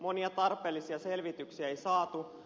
monia tarpeellisia selvityksiä ei saatu